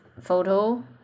photo